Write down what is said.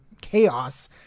chaos